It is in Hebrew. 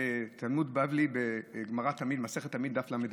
תלמוד בבלי, מסכת תמיד, דף ל"ב,